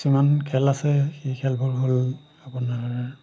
কিছুমান খেল আছে সেই খেলবোৰ হ'ল আপোনাৰ